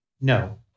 No